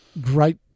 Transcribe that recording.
great